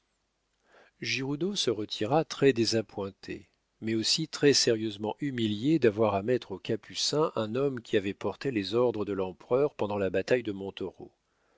giroudeau se retira très désappointé mais aussi très-sérieusement humilié d'avoir à mettre aux capucins un homme qui avait porté les ordres de l'empereur pendant la bataille de